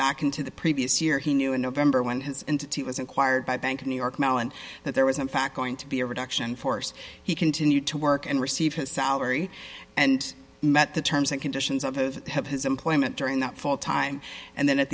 back into the previous year he knew in november when his and he was acquired by bank of new york mellon that there was in fact going to be a reduction force he continued to work and receive his salary and met the terms and conditions of his have his employment during that fall time and then at